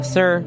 Sir